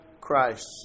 Christ